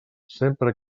sempre